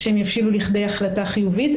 שהם יבשילו לכדי החלטה חיובית.